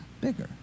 bigger